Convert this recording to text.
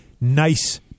nice